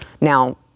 Now